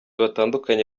batandukanye